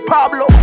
Pablo